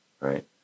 right